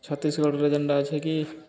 ଛତିଶଗଡ଼୍ରେ ଯେନ୍ଟା ଅଛେ କି